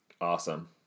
awesome